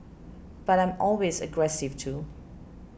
but I'm always aggressive too